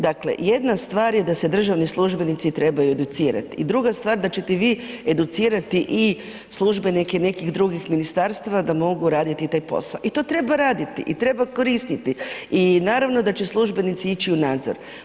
Dakle jedna stvar je da se državni službenici trebaju educirati i druga stvar da ćete vi educirati i službenike nekih drugih ministarstva da mogu raditi taj posao i to treba raditi i treba koristiti i naravno da će službenici ići u nadzor.